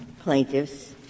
plaintiffs